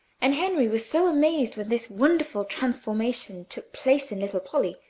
and henry was so amazed when this wonderful transformation took place in little polly,